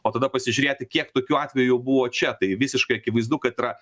o tada pasižiūrėti kiek tokių atvejų buvo čia tai visiškai akivaizdu kad yra